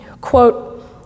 Quote